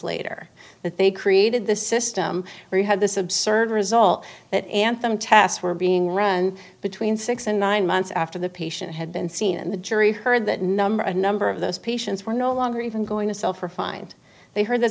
later that they created the system where you had this absurd result that anthem tests were being run between six and nine months after the patient had been seen and the jury heard that number a number of those patients were no longer even going to sell for find they heard that